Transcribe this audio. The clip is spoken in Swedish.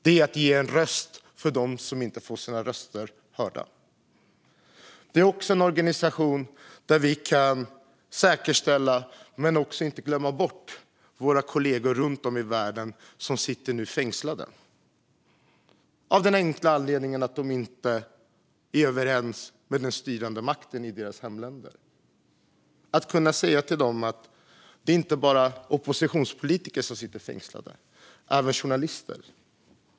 Det är att ge röst till dem som inte kan göra sina röster hörda. Det är också en organisation där vi kan säkerställa att vi inte glömmer bort våra kollegor runt om i världen som sitter fängslade av den enkla anledningen att de inte är överens med den styrande makten i sina hemländer. Vi kan säga till dem att det inte bara är oppositionspolitiker som sitter fängslade utan även journalister.